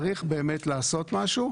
צריך באמת לעשות משהו.